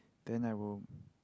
than I will